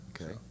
Okay